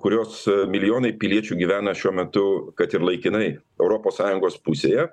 kurios milijonai piliečių gyvena šiuo metu kad ir laikinai europos sąjungos pusėje